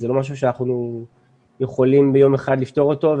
זה לא משהו שאנחנו יכולים ביום אחד לפתור אותו,